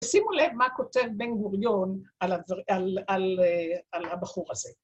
שימו לב מה כותב בן גוריון על הבחור הזה.